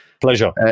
Pleasure